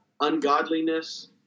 ungodliness